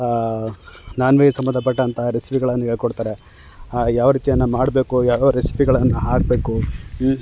ನಾನ್ veg ಸಂಬಂಧಪಟ್ಟಂಥ ರೆಸಿಪಿಗಳನ್ನು ಹೇಳ್ಕೊಡ್ತಾರೆ ಯಾವ ರೀತಿಯನ್ನು ಮಾಡಬೇಕು ಯಾವ್ಯಾವ ರೆಸಿಪಿಗಳನ್ನು ಹಾಕಬೇಕು